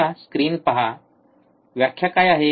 आता स्क्रीनवर पहा व्याख्या काय आहे